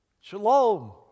shalom